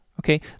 okay